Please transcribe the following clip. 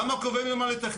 למה קובעים לי מה לתכנן?